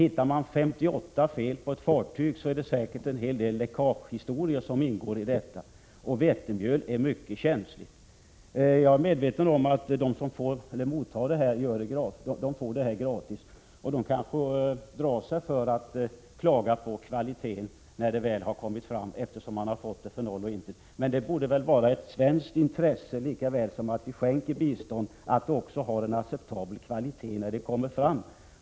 Är det 58 fel på ett fartyg är det säkert en hel del läckagehistorier som ingår. Jag är medveten om att mottagaren får vetemjölet gratis. Man kanske drar sig därför för att klaga på kvaliteten när varan väl har kommit fram, eftersom man har fått den som gåva. Men det borde likaväl som det är ett intresse för oss att ge bistånd också vara ett svenskt intresse att se till att varan har en acceptabel kvalitet när den kommer fram.